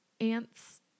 Ants